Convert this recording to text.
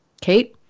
Kate